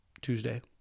tuesday